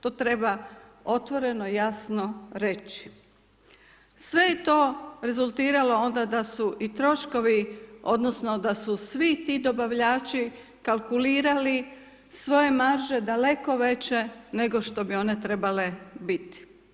Tu treba otvoreno i jasno reći, sve je to rezultiralo onda da su i troškovi, odnosno, da su svi ti dobavljači kalkulirali svoje marže daleko veće nego što bi one trebale biti.